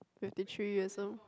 fifty three year old